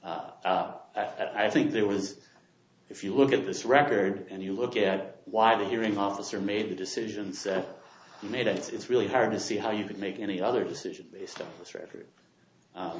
i think there was if you look at this record and you look at why the hearing officer made the decisions made it's really hard to see how you could make any other decisions based on this record